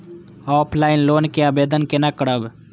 Offline loan के आवेदन केना करब?